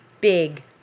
big